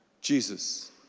Jesus